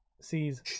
sees